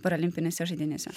paralimpinėse žaidynėse